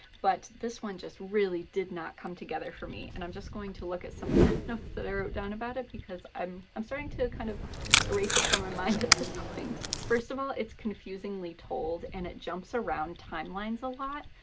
but this one just really did not come together for me, and i'm just going to look at some of the notes that i wrote down about it because i'm i'm starting to kind of erase it from my mind at this point. first of all, it's confusingly told, and it jumps around timelines a lot.